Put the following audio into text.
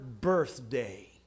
birthday